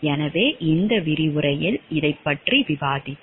எனவே இந்த விரிவுரையில் இதைப் பற்றி விவாதிப்போம்